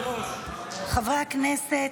חברי הכנסת,